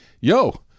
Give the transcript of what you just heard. yo